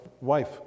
wife